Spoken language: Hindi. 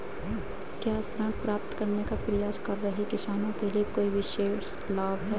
क्या ऋण प्राप्त करने का प्रयास कर रहे किसानों के लिए कोई विशेष लाभ हैं?